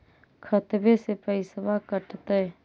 खतबे से पैसबा कटतय?